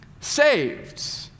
saved